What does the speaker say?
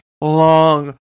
long